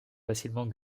facilement